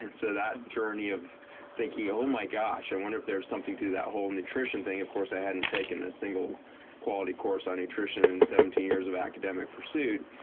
and so that and journey of thinking, oh, my gosh. i wonder if there's something to that whole nutrition thing. of course, i hadn't taken a single quality course on nutrition in seventeen years of academic pursuit.